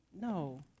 No